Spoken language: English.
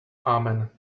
amen